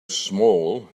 small